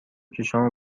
چشامو